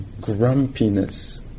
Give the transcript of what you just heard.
grumpiness